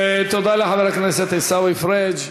תודה לחבר הכנסת עיסאווי פריג'.